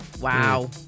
Wow